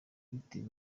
abitewe